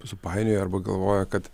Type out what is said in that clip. supainioja arba galvoja kad